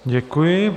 Děkuji.